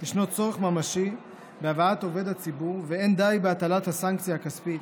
שישנו צורך ממשי בהבאת עובד הציבור ואין די בהטלת הסנקציה הכספית,